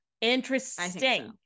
interesting